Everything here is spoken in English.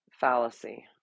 fallacy